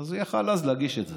אז הוא יכול היה אז להגיש את זה.